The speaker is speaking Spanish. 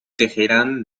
teherán